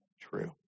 true